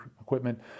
equipment